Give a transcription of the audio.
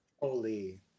Holy